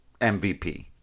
MVP